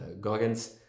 Goggins